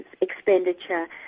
expenditure